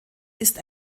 ist